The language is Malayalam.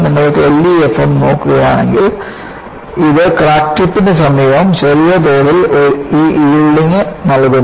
നിങ്ങൾ LEFM നോക്കുകയാണെങ്കിൽ ഇത് ക്രാക്ക് ടിപ്പിന് സമീപം ചെറിയ തോതിൽ ഈ യീൽഡിങ് നൽകുന്നു